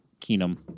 Keenum